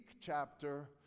chapter